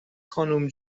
خانوم